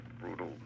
brutal